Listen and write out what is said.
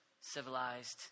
civilized